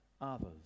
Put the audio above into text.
others